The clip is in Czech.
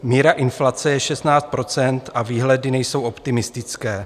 Míra inflace je 16 % a výhledy nejsou optimistické.